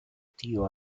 tío